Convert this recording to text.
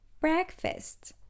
breakfast